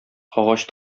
агач